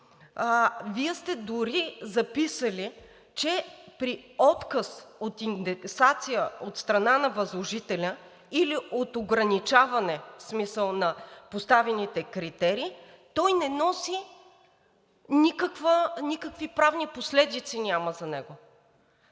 Вие дори сте записали, че при отказ от индексация от страна на възложителя или от ограничаване, в смисъл на поставените критерии, той не носи – никакви правни последици няма за него.